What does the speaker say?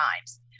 times